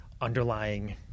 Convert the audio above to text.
underlying